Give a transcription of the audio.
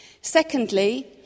Secondly